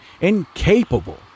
incapable